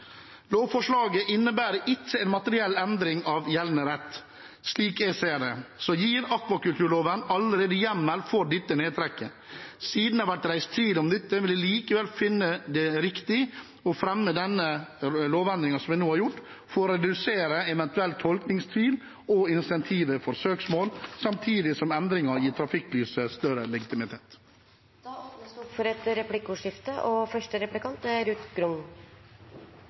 Lovforslaget innebærer ikke en materiell endring av gjeldende rett. Slik jeg ser det, gir akvakulturloven allerede hjemmel for dette nedtrekket, men siden det har vært reist tvil om dette, finner jeg det likevel riktig å fremme denne lovendringen, slik vi nå har gjort, for å redusere eventuell tolkningstvil og incentiver for søksmål, samtidig som endringen gir trafikklyset større legitimitet. Det blir replikkordskifte. Det første spørsmålet er: Hva mener ministeren om Justis- og